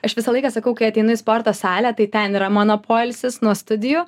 aš visą laiką sakau kai ateinu į sporto salę tai ten yra mano poilsis nuo studijų